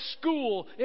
school